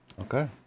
Okay